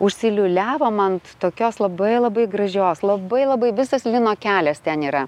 užsiliūliavom ant tokios labai labai gražios labai labai visas lino kelias ten yra